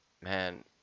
man